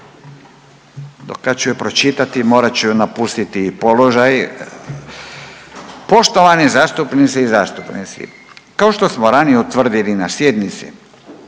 Kad ću je pročitati morat ću napustiti i položaj. Poštovane zastupnice i zastupnici kao što smo ranije utvrdili na sjednici